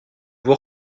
vous